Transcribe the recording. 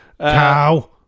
cow